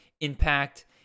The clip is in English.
impact